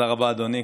תודה רבה, אדוני.